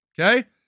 Okay